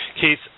Keith